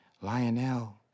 Lionel